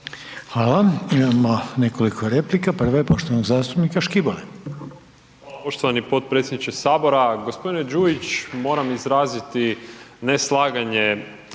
Hvala. Imamo nekoliko replika. Prva je poštovanog zastupnika Đujića.